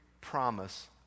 promise